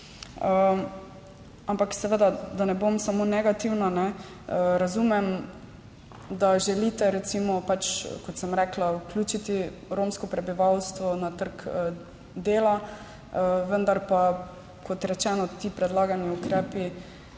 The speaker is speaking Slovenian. Ampak seveda, da ne bom samo negativna, razumem, da želite recimo, kot sem rekla, vključiti romsko prebivalstvo na trg dela. Vendar pa kot rečeno ti predlagani ukrepi